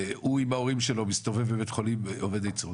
הוא עם ההורים שלו מסתובב בבית החולים ואובד עצות,